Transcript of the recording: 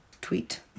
tweet